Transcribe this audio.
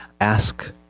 ask